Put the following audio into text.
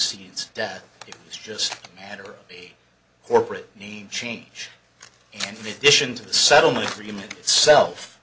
seeds that it was just a matter of corporate need change and in addition to the settlement agreement itself